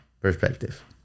perspective